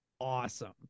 awesome